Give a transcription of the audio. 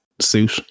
suit